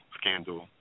scandal